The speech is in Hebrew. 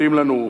מתאים לנו.